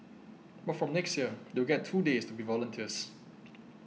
but from next year they will get two days to be volunteers